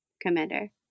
commander